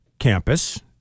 campus